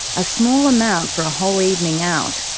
a small amount for a whole evening out.